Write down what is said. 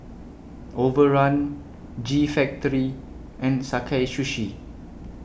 Overrun G Factory and Sakae Sushi